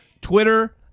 Twitter